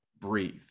breathe